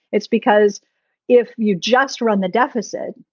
it's because if you just run the deficit,